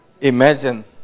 Imagine